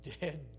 dead